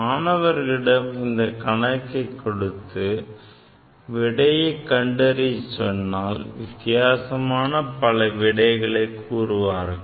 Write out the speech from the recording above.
மாணவர்களிடம் இந்த கணக்கை கொடுத்து விடையை கண்டறிய கூறினால் வித்தியாசமான பல விடைகளை கூறுவார்கள்